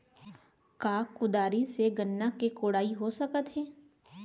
का कुदारी से गन्ना के कोड़ाई हो सकत हे?